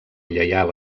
lleial